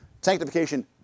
sanctification